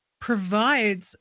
provides